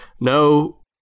no